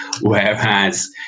whereas